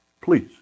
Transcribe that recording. please